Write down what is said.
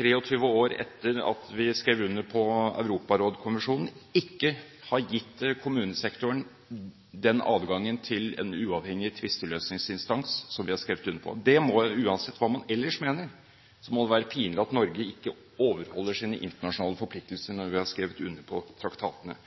23 år etter at vi skrev under på Europarådskonvensjonen, ikke har gitt kommunesektoren den adgangen til en uavhengig tvisteløsningsinstans som vi har skrevet under på. Det må, uansett hva man ellers mener, være pinlig at Norge ikke overholder sine internasjonale forpliktelser når vi har skrevet under på traktatene.